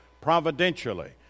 providentially